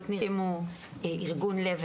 אשקלון,